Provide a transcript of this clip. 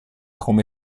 come